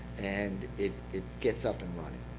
and it it gets up and running.